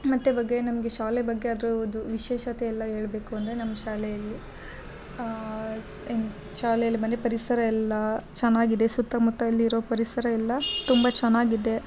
ಮತ್ತು ಬಗ್ಗೆ ನಮಗೆ ಶಾಲೆ ಬಗ್ಗೆ ಅದ್ರೂದು ವಿಶೇಷತೆ ಎಲ್ಲ ಹೇಳ್ಬೇಕು ಅಂದರೆ ನಮ್ಮ ಶಾಲೆಯಲ್ಲಿ ಸ್ ಇನ್ನ ಶಾಲೆಯಲ್ಲಿ ಮನೆ ಪರಿಸರ ಎಲ್ಲಾ ಚೆನ್ನಾಗಿದೆ ಸುತ್ತಮುತ್ತ ಅಲ್ಲಿರೊ ಪರಿಸರ ಎಲ್ಲಾ ತುಂಬ ಚೆನ್ನಾಗಿದೆ